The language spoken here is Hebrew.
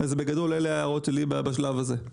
אז אלה ההערות שלי בשלב הזה.